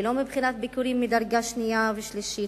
ולא מבחינת ביקורים של קרובים מדרגה שנייה ושלישית.